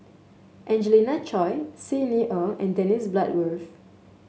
Angelina Choy Xi Ni Er and Dennis Bloodworth